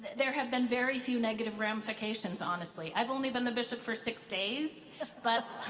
there have been very few negative ramifications honestly. i've only been the bishop for six days but